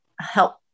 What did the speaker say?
help